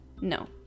no